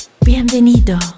Bienvenido